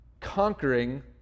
conquering